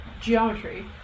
geometry